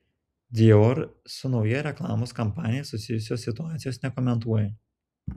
dior su nauja reklamos kampanija susijusios situacijos nekomentuoja